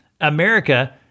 america